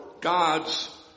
God's